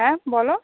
হ্যাঁ বলো